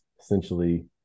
essentially